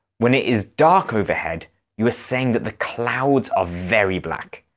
when it is dark overhead you are saying that the clouds are very black.